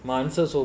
answers or abroad